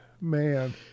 man